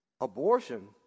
abortion